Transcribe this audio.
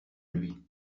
lui